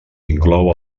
inclou